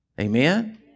Amen